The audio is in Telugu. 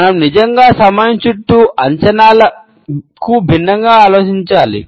మనం నిజంగా సమయం చుట్టూ అంచనాల గురించి భిన్నంగా ఆలోచించాలి